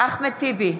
אחמד טיבי,